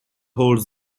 holds